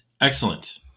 excellent